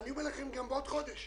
ואני אומר לכם שגם בעוד חודש